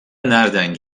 nerden